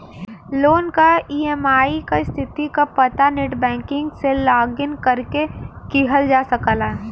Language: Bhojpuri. लोन क ई.एम.आई क स्थिति क पता नेटबैंकिंग से लॉगिन करके किहल जा सकला